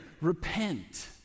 Repent